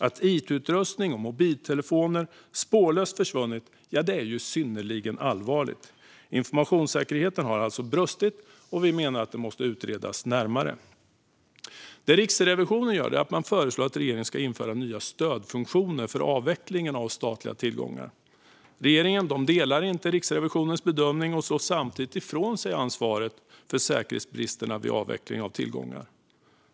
Att it-utrustning och mobiltelefoner är spårlöst försvunna är synnerligen allvarligt. Informationssäkerheten har alltså brustit, och vi menar att det måste utredas närmare. Riksrevisionen föreslår att regeringen ska införa nya stödfunktioner för avveckling av statliga tillgångar. Regeringen delar inte Riksrevisionens bedömning och slår samtidigt ifrån sig ansvaret för säkerhetsbristerna vid avvecklingen av tillgångar.